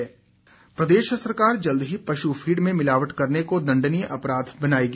पशु फीड प्रदेश सरकार जल्द ही पशु फीड में मिलावट करने को दंडनीय अपराध बनाएगी